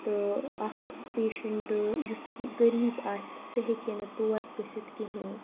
تہٕ اَکھ پیشَنٹہٕ یُس کہِ غریٖب آسہِ سُہ ہیٚکہِ ہیٚنہٕ تور گٔژھِتھ کِہیٖنۍ